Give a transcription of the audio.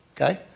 Okay